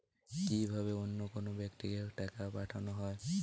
কি ভাবে অন্য কোনো ব্যাক্তিকে টাকা পাঠানো হয়?